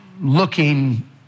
looking